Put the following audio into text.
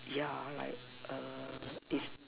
yeah like it's